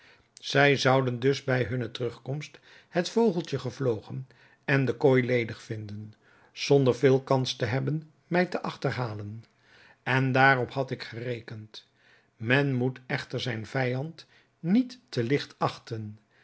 zij zouden dus bij hunne terugkomst het vogeltje gevlogen en de kooi ledig vinden zonder veel kans te hebben mij te achterhalen en daarop had ik gerekend men moet echter zijn vijand niet te ligt achten